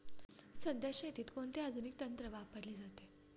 सध्या शेतीत कोणते आधुनिक तंत्र वापरले जाते?